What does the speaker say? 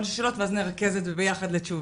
שאלות ואז נרכז את זה ביחד לתשובה.